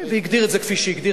והגדיר את זה כפי שהגדיר,